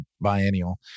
biennial